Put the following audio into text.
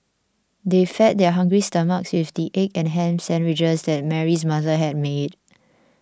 they fed their hungry stomachs with the egg and ham sandwiches that Mary's mother had made